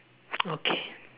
okay